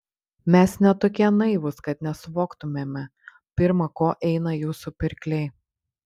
mes ne tokie naivūs kad nesuvoktumėme pirma ko eina jūsų pirkliai